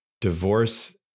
divorce